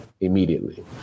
immediately